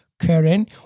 karen